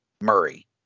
Murray